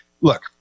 look